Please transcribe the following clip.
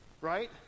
Right